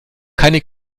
keine